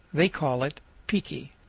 they call it piki.